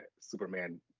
Superman